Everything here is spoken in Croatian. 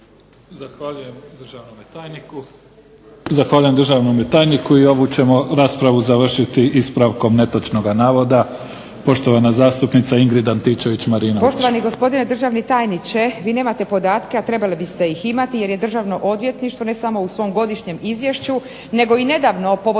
Zahvaljujem državnom tajniku. I ovu ćemo raspravu završiti ispravkom netočnoga navoda, poštovan zastupnica Ingrid Antičević Marinović.